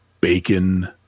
bacon